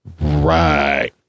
Right